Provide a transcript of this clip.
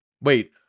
Wait